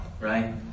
right